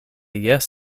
jes